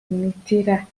mithila